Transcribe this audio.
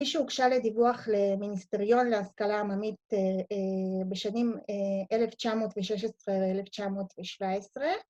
‫מי שהוגשה לדיווח למיניסטריון, ‫להשכלה עממית בשנים 1916-1917.